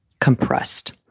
compressed